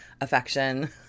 affection